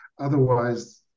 otherwise